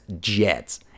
Jets